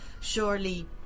surely